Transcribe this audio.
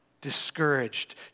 discouraged